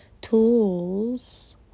tools